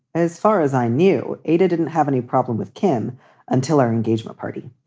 as far as i knew, ada didn't have any problem with kim until our engagement party.